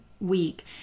week